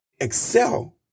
excel